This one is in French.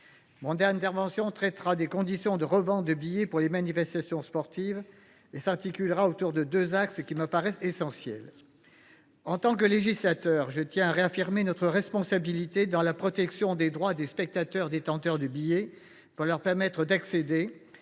Mon intervention portera sur les conditions de revente de billets pour les manifestations sportives et s’articulera autour de deux axes qui me paraissent essentiels. En tant que législateurs, nous avons la responsabilité d’assurer la protection des droits des spectateurs détenteurs de billets pour leur permettre d’accéder,